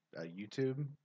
YouTube